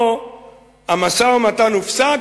או "המשא-ומתן הופסק,